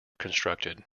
constructed